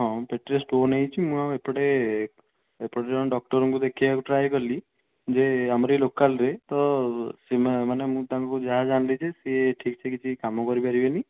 ହଁ ପେଟରେ ଷ୍ଟୋନ୍ ହେଇଛି ମୁଁ ଆଉ ଏପଟେ ଏପର୍ଯ୍ୟନ୍ତ ଡକ୍ଟରଙ୍କୁ ଦେଖାଇବାକୁ ଟ୍ରାଏ କଲି ଯେ ଆମର ଏ ଲୋକାଲ୍ରେ ତ ସେ ମାନେ ମୁଁ ତାଙ୍କୁ ଯାହା ଜାଣିଲି ଯେ ସିଏ ଠିକ୍ ସେ କିଛି କାମ କରିପାରିବେନି